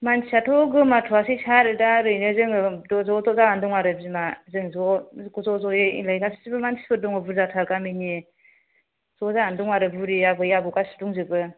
मानसियाथ' गोमाथ'आसै सार दा ओरैनो जोङो ज' ज' जानानै दं आरो बिमा जों ज' ज'यै एलाय गासिबो मानसिफोर दं बुरजाथार गामिनि ज' जानानै दं आरो बुरै आबै आबौ गासिबो दंजोबो